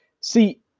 See